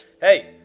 hey